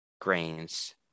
grains